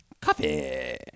coffee